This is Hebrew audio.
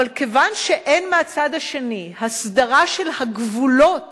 אבל כיוון שאין מהצד השני הסדרה של הגבולות